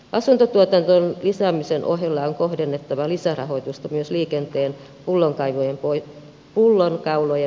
asuntotuotannon lisäämisen ohella on kohdennettava lisärahoitusta myös liikenteen pullonkaulojen poistamiseen